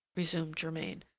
resumed germain,